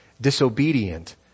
disobedient